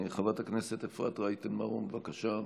חברת הכנסת אפרת רייטן מרום, בבקשה.